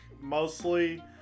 mostly